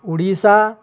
Orissa